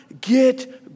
get